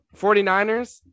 49ers